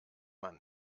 man